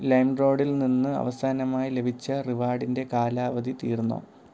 ലൈംറോഡിൽ നിന്ന് അവസാനമായി ലഭിച്ച റിവാർഡിൻ്റെ കാലാവധി തീർന്നോ